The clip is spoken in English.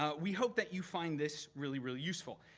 ah we hope that you find this really, really useful.